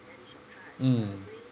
mm